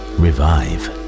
revive